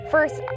First